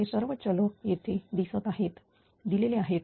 हे सर्व चल येथे दिलेले आहेत